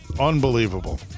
Unbelievable